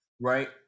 right